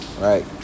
right